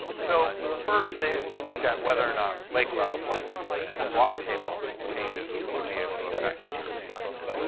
so first, they they looked at whether or not lake level changes and water table changes would be able to affect the earthquakes.